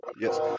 Yes